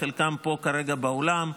חלקם פה כרגע באולם: